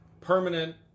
Permanent